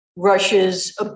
Russia's